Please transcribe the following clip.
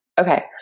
Okay